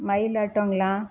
மயில் ஆட்டோங்களா